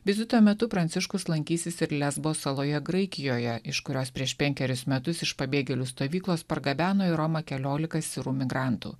vizito metu pranciškus lankysis ir lesbo saloje graikijoje iš kurios prieš penkeris metus iš pabėgėlių stovyklos pargabeno į romą keliolika sirų migrantų